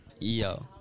Yo